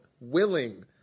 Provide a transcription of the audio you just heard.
willing